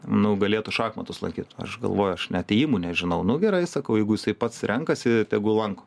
nu galėtų šachmatus lankyt aš galvoju aš net ėjimų nežinau nu gerai sakau jeigu jisai pats renkasi tegul lanko